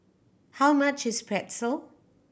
how much is Pretzel